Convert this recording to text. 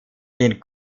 den